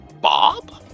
Bob